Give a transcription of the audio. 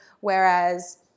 whereas